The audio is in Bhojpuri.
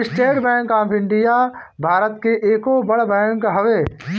estate Bank of India Bharat के एगो बड़ बैंक हवे